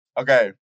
Okay